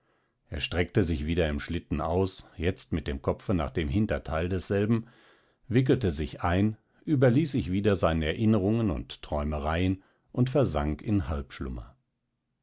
er streckte sich wieder im schlitten aus jetzt mit dem kopfe nach dem hinterteil desselben wickelte sich ein überließ sich wieder seinen erinnerungen und träumereien und versank in